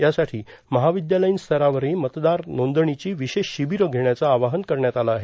यासाठी महाविद्यालयीन स्तरावरही मतदार नोंदणीची विशेष शिबिरं घेण्याचं आवाहन करण्यात आलं आहे